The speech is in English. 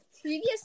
Previous